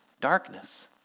darkness